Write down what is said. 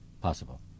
possible